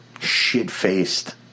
shit-faced